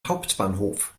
hauptbahnhof